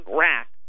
rack